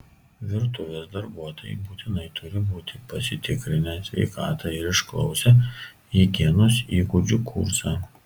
virtuvės darbuotojai būtinai turi būti pasitikrinę sveikatą ir išklausę higienos įgūdžių kursą